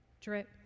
drip